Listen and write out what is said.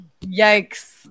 Yikes